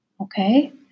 okay